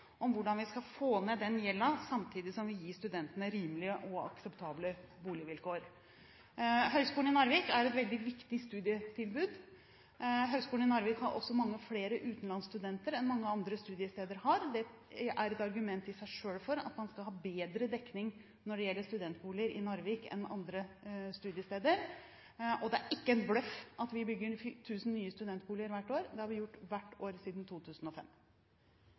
om hvordan vi skal få ned den gjelden, samtidig som vi gir studentene rimelige og akseptable boligvilkår. Høgskolen i Narvik er et veldig viktig studietilbud. Høgskolen i Narvik har også mange flere utenlandsstudenter enn mange andre studiesteder har. Det er et argument i seg selv for at man skal ha bedre dekning når det gjelder studentboliger i Narvik, enn andre studiesteder. Det er ikke en bløff at vi bygger 1 000 nye studentboliger hvert år. Det har vi gjort hvert år siden 2005.